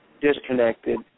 disconnected